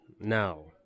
now